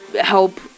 help